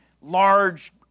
large